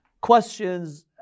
questions